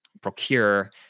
procure